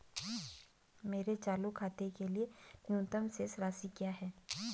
मेरे चालू खाते के लिए न्यूनतम शेष राशि क्या है?